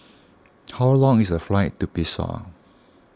how long is the flight to Bissau